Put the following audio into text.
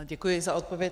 Děkuji za odpověď.